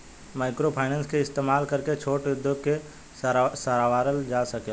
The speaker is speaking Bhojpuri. माइक्रोफाइनेंस के इस्तमाल करके छोट उद्योग के सवारल जा सकेला